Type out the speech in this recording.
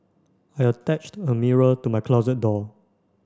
I attached a mirror to my closet door